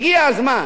הגיע הזמן,